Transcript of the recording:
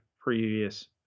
previous